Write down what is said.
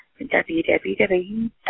www